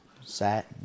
Sat